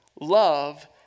love